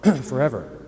forever